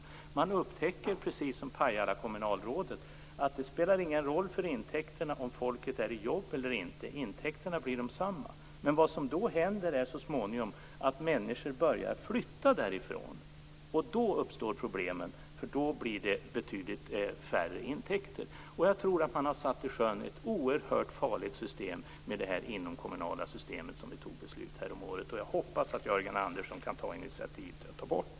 Precis som kommunalrådet i Pajala upptäcker man att det inte spelar någon roll för intäkterna om folk har jobb eller inte. Intäkterna blir desamma. Så småningom börjar människor att flytta. Då uppstår problem, eftersom intäkterna minskar. Jag tror att beslutet häromåret om inomkommunala system innebär att ett oerhört farligt system har satts i sjön. Jag hoppas att Jörgen Andersson kan ta initiativ till att systemet tas bort.